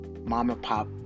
mom-and-pop